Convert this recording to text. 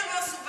אלה לא עשו,